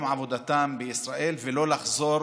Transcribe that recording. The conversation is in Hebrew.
במקום עבודתם בישראל ולא לחזור